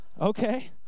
okay